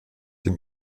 dem